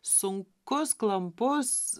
sunkus klampus